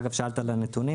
שאלתם לגבי השימוש באפליקציה,